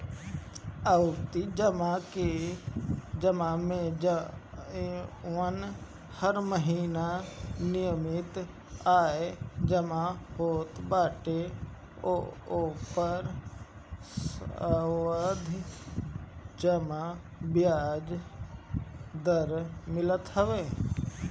आवर्ती जमा में जवन हर महिना निश्चित आय जमा होत बाटे ओपर सावधि जमा बियाज दर मिलत हवे